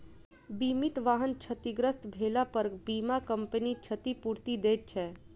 बीमित वाहन क्षतिग्रस्त भेलापर बीमा कम्पनी क्षतिपूर्ति दैत छै